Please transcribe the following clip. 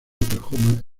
oklahoma